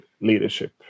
leadership